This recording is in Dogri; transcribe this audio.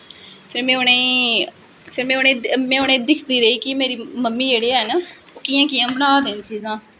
फिर में उ'नेंगी दिखदी रेही कि मेरे मम्मी जेह्ड़े होन ओह् कियां कियां बना दे चीज़ां